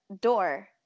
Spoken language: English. door